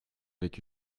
avec